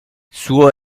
suo